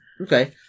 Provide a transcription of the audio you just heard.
Okay